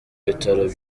bitaro